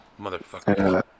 motherfucker